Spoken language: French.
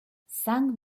cinq